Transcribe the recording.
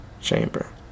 Chamber